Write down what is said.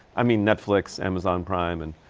i mean netflix, amazon prime, and.